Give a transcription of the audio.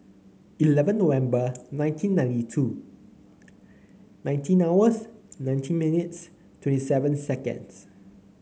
eleven November nineteen ninety two nineteen hours nineteen minutes twenty seven seconds